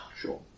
sure